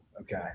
okay